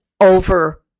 over-